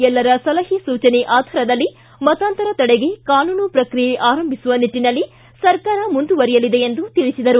ಎಲ್ಲರ ಸಲಹೆ ಸೂಚನೆ ಆಧಾರದಲ್ಲಿ ಮತಾಂತರ ತಡೆಗೆ ಕಾನೂನು ಪ್ರಕ್ರಿಯೆ ಆರಂಭಿಸುವ ನಿಟ್ಟಿನಲ್ಲಿ ಸರ್ಕಾರ ಮುಂದುವರಿಯಲಿದೆ ಎಂದು ತಿಳಿಸಿದರು